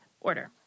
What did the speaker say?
order